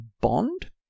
bond